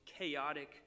chaotic